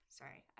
Sorry